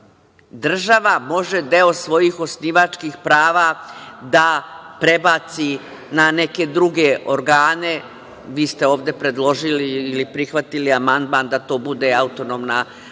Država može deo svojih osnivačkih prava da prebaci na neke druge organe. Vi ste ovde predložili ili prihvatili amandman da to bude AP Vojvodina i